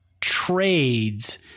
trades